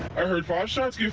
i heard five shots